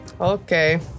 Okay